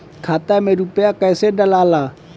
खाता में रूपया कैसे डालाला?